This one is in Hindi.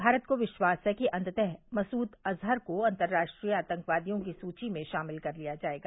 भारत को विश्वास है कि अंततः मसूद अजहर को अंतर्राष्ट्रीय आतंकवादियों की सूची में शामिल कर लिया जायेगा